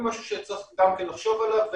זה משהו שצריך גם לחשוב עליו.